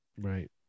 right